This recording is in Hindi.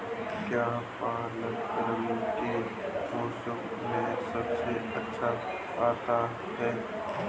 क्या पालक रबी के मौसम में सबसे अच्छा आता है?